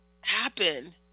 happen